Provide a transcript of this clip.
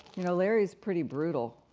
you know larry's pretty brutal.